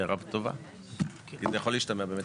הערה טובה, אם זה יכול להשתמע באמת.